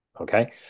Okay